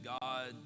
God